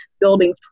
building